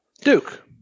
Duke